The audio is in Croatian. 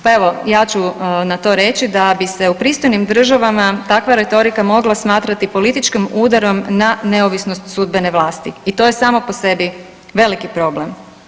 Pa evo ja ću na to reći da bi se u pristojnim državama takva retorika mogla smatrati političkim udarom na neovisnost sudbene vlasti i to je samo po sebi veliki problem.